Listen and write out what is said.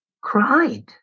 cried